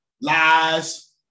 lies